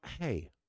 hey